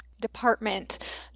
department